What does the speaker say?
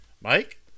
Mike